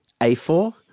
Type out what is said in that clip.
A4